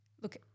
Look